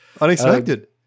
unexpected